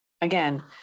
Again